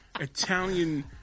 Italian